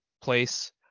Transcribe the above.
place